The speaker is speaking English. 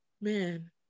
man